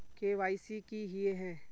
KYC की हिये है?